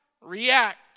react